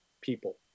people